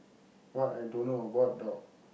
what I don't know about dog